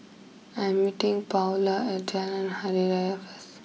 I'm meeting Paola at Jalan Hari Raya first